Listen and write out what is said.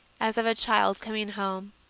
as of a child coming home.